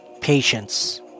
Patience